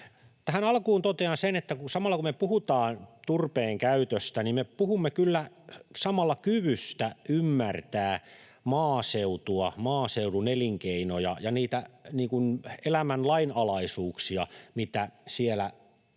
Tähän alkuun totean sen, että kun me puhumme turpeen käytöstä, niin me puhumme kyllä samalla kyvystä ymmärtää maaseutua, maaseudun elinkeinoja ja niitä elämän lainalaisuuksia, mitä siellä on.